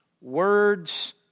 Words